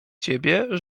ciebie